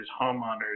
homeowners